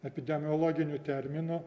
epidemiologiniu terminu